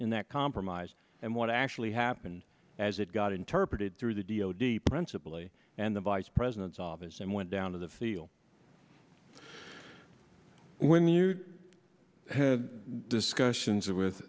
in that compromise and what actually happened as it got interpreted through the d o d principally and the vice president's office and went down to the field when you had discussions with